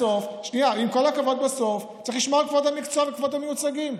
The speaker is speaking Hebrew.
בסוף צריך לשמור על כבוד המקצוע וכבוד המיוצגים.